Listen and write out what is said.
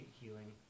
healing